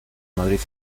madrid